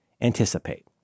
anticipate